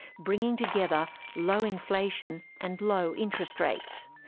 bringing together low inflation, and low interest rates.